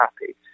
happy